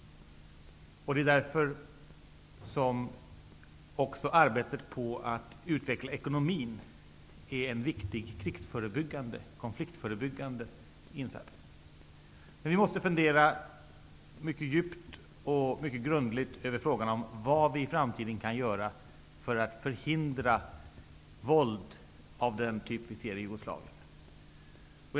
Det är också därför som arbetet med att utveckla ekonomin är en viktig krigs och konfliktförebyggande insats. Vi måste fundera mycket djupt och mycket grundligt över frågan om vad vi i framtiden kan göra för att förhindra våld av den typ vi ser i Jugoslavien.